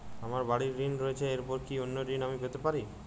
আমার বাড়ীর ঋণ রয়েছে এরপর কি অন্য ঋণ আমি পেতে পারি?